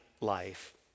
life